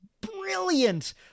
brilliant